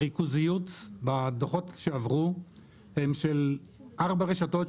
הריכוזיות בדוחות שעברו הם של ארבע רשתות,